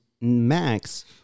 Max